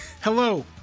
hello